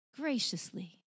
graciously